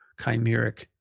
chimeric